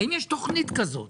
האם יש תכנית כזאת?